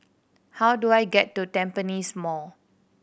how do I get to Tampines Mall